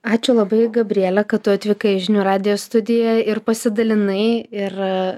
ačiū labai gabriele kad tu atvykai į žinių radijo studiją ir pasidalinai ir